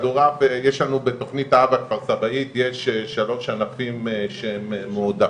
יש לנו בתכנית האב הכפר-סבאית יש שלושה ענפים מועדפים.